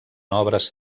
obres